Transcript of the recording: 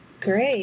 Great